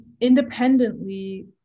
independently